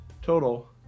Total